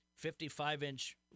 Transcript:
55-inch